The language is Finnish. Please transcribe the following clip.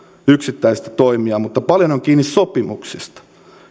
yksittäistä toimijaa mutta paljon on kiinni sopimuksista